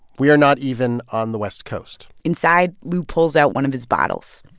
we are not even on the west coast inside, lou pulls out one of his bottles